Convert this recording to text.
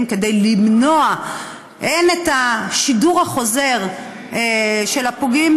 כדי למנוע הן את השידור החוזר של הפוגעים,